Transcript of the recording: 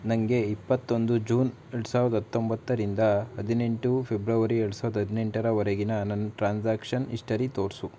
ನನಗೆ ಇಪ್ಪತ್ತೊಂದು ಜೂನ್ ಎರಡು ಸಾವಿರದ ಹತ್ತೊಂಬತ್ತರಿಂದ ಹದಿನೆಂಟು ಫೆಬ್ರವರಿ ಎರಡು ಸಾವಿರದ ಹದಿನೆಂಟರವರೆಗಿನ ನನ್ನ ಟ್ರಾನ್ಸಾಕ್ಷನ್ ಹಿಸ್ಟರಿ ತೋರಿಸು